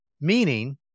Meaning